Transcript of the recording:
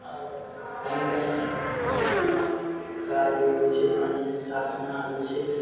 आओर कहीँ कहीँ मतलब खराब भी होइ छै पानि साफ नहि आबै छै